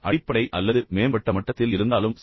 அடிப்படை அல்லது மேம்பட்ட மட்டத்தில் இருந்தாலும் சரி